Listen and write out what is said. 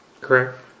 Correct